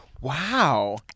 Wow